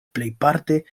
plejparte